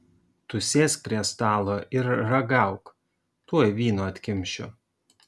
tu sėsk prie stalo ir ragauk tuoj vyno atkimšiu